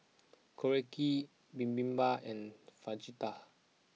Korokke Bibimbap and Fajitas